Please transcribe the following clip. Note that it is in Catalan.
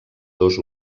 dos